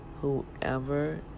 whoever